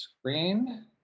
screen